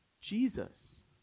Jesus